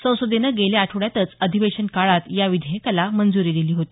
संसदेनं गेल्या आठवड्यातच अधिवेशन काळात या विधेयकाला मंजूरी दिली होती